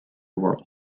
world